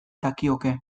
dakioke